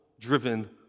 Driven